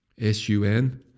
S-U-N